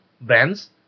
brands